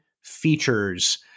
features